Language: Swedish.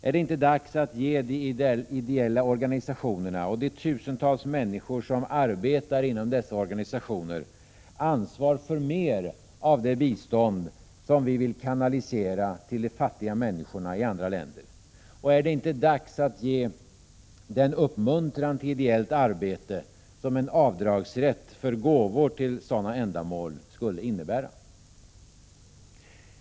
Är det inte dags att ge de ideella organisationerna och de tusentals människor som arbetar inom dessa organisationer ansvar för mer av det bistånd som vi vill kanalisera till de fattiga människorna i andra länder, och är det inte dags att ge den uppmuntran till ideellt arbete som en avdragsrätt för gåvor till sådana ändamål skulle innebära?